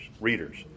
readers